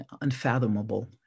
unfathomable